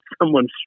someone's